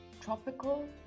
tropical